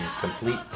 complete